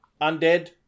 undead